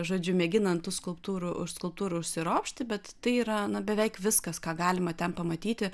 žodžiu mėgina ant tų skulptūrų skulptūrų užsiropšti bet tai yra beveik viskas ką galima ten pamatyti